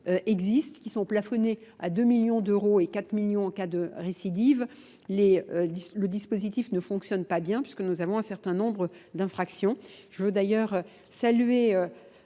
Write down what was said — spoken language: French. existent, qui sont plafonnées à 2 millions d'euros et 4 millions en cas de récidive, le dispositif ne fonctionne pas bien puisque nous avons un certain nombre d'infractions. Je veux d'ailleurs saluer